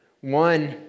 One